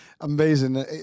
amazing